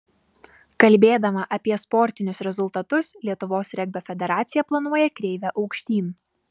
kalbėdama apie sportinius rezultatus lietuvos regbio federacija planuoja kreivę aukštyn